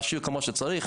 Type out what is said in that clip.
להשאיר כמו שצריך,